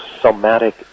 somatic